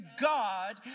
God